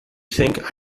think